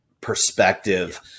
perspective